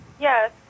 Yes